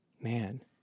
Man